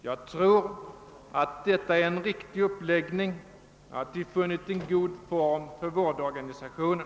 Jag tror att detta är en: riktig uppläggning och att vi har funnit en god form för vårdorganisationen.